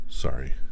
Sorry